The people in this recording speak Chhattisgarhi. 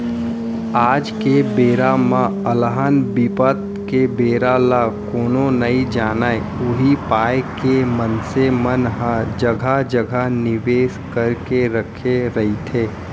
आज के बेरा म अलहन बिपत के बेरा ल कोनो नइ जानय उही पाय के मनसे मन ह जघा जघा निवेस करके रखे रहिथे